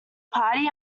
party